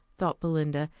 thought belinda,